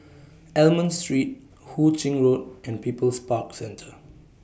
Almond Street Hu Ching Road and People's Park Centre